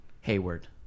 Hayward